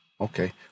Okay